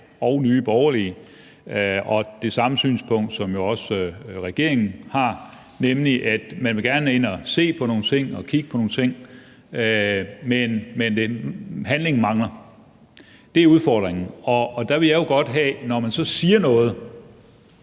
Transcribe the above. her – som er det samme synspunkt, som også regeringen har – er, at man gerne vil ind og se på nogle ting og kigge på nogle ting, men at handlingen mangler. Det er udfordringen, og der ville jeg jo godt have, at man – når man